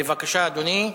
בבקשה, אדוני.